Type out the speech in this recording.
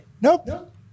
Nope